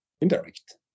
indirect